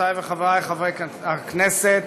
חברותי וחברי חברי הכנסת,